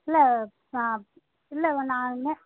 இல்லை இல்லை நா நேம்